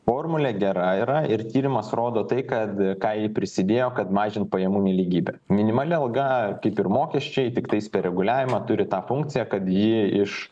formulė gera yra ir tyrimas rodo tai kad ką ji prisidėjo kad mažint pajamų nelygybę minimali alga kaip ir mokesčiai tiktais per reguliavimą turi tą funkciją kad ji iš